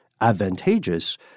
advantageous